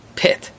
pit